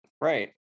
Right